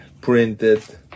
printed